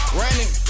running